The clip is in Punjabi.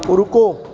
ਰੁਕੋ